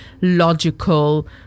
logical